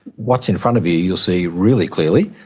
what's in front of you you'll see really clearly,